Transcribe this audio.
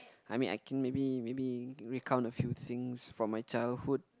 I mean I can maybe maybe recount a few things from my childhood